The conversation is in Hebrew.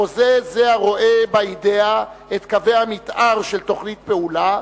החוזה זה הרואה באידיאה את קווי המיתאר של תוכנית פעולה,